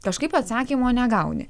kažkaip atsakymo negauni